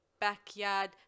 backyard